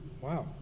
wow